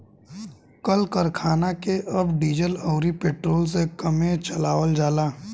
कल करखना के अब डीजल अउरी पेट्रोल से कमे चलावल जाता